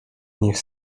niech